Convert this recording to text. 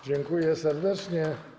Dziękuję serdecznie.